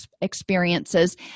experiences